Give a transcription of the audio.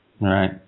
Right